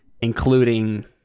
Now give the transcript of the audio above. including